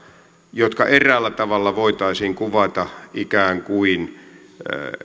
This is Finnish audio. jotka eräällä tavalla voitaisiin kuvata ikään kuin